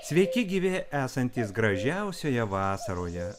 sveiki gyvi esantys gražiausioje vasaroje